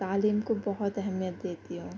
تعلیم کو بہت اہمیت دیتی ہوں